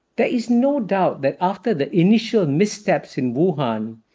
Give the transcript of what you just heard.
there is no doubt that after the initial missteps in wuhan,